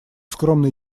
скромный